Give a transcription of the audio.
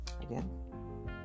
again